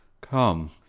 come